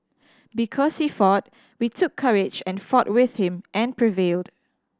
because he fought we took courage and fought with him and prevailed